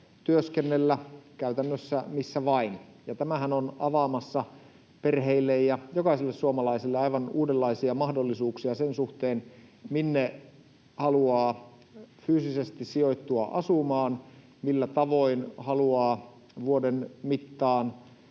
työskennellä käytännössä missä vain, ja tämähän on avaamassa perheille ja jokaiselle suomalaiselle aivan uudenlaisia mahdollisuuksia sen suhteen, minne haluaa fyysisesti sijoittua asumaan, millä tavoin haluaa vuoden mittaan